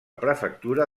prefectura